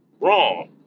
Wrong